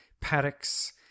paddocks